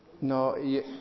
No